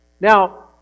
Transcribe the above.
Now